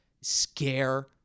scare